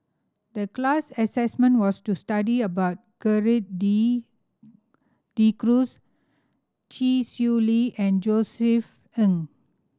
the class assignment was to study about Gerald De De Cruz Chee Swee Lee and Josef Ng